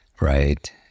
right